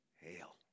hail